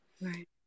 Right